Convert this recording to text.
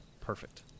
Perfect